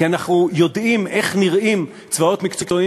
כי אנחנו יודעים איך נראים צבאות מקצועיים